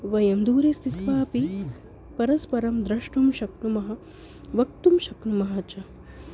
वयं दूरे स्थित्वापि परस्परं द्रष्टुं शक्नुमः वक्तुं शक्नुमः च